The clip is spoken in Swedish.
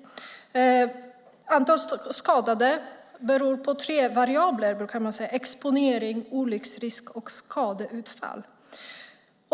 Man brukar säga att antalet skadade beror på tre variabler - exponering, olycksrisk och skadeutfall.